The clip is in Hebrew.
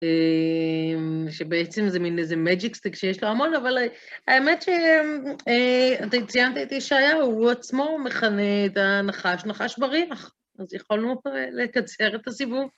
שבעצם זה מין איזה מג'יק סטייק שיש לו המון, אבל האמת שאתה הציינת את ישעיה, הוא עצמו מכנה את הנחש, נחש בריח, אז יכולנו לקצר את הסיבוב.